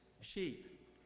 Sheep